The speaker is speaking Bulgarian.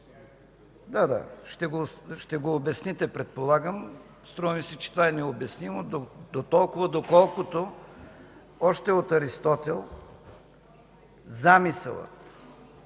Да, да, ще го обясните, предполагам. Струва ми се, че това е необяснимо дотолкова, доколкото още от Аристотел замисълът,